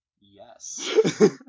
yes